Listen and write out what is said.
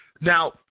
Now